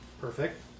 Perfect